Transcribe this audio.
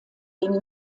den